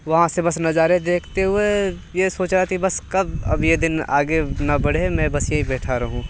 वहाँ से बस नज़ारे देखते हुए ये सोचा की बस कब ये दिन आगे ना बढ़े मैं बस यही बैठा रहूं